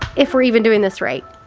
if we're even doing this right.